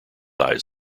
eyes